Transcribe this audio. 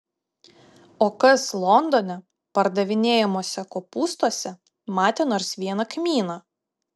o kas londone pardavinėjamuose kopūstuose matė nors vieną kmyną